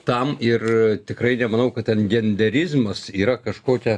tam ir tikrai nemanau kad ten genderizmas yra kažkokia